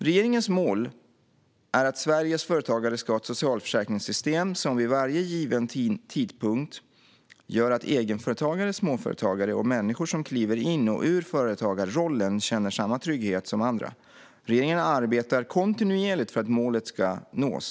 Regeringens mål är att Sveriges företagare ska ha ett socialförsäkringssystem som vid varje given tidpunkt gör att egenföretagare, småföretagare och människor som kliver in och ur företagarrollen känner samma trygghet som andra. Regeringen arbetar kontinuerligt för att målet ska nås.